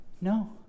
No